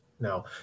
no